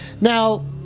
now